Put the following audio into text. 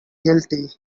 guilty